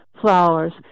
flowers